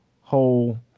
whole